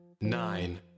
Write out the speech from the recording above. Nine